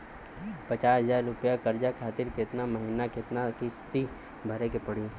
पचास हज़ार रुपया कर्जा खातिर केतना महीना केतना किश्ती भरे के पड़ी?